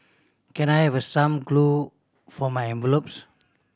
can I have some glue for my envelopes